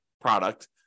product